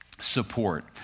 Support